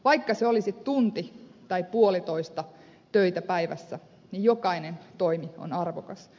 vaikka se olisi tunti tai puolitoista töitä päivässä niin jokainen toimi on arvokas